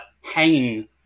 hanging